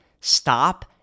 stop